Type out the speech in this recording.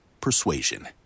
persuasion